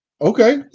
Okay